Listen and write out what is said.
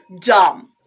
Dumb